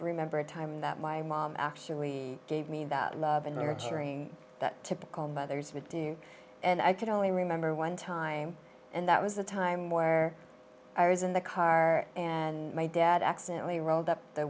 remember a time that my mom actually gave me that loving nurturing that typical mothers would do and i could only remember one time and that was the time where i was in the car and my dad accidently rolled up the